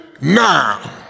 Now